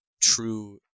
true